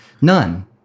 none